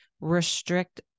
restrict